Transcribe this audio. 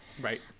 Right